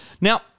Now